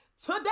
today